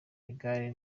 igare